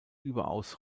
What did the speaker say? überaus